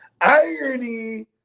Irony